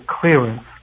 clearance